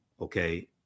okay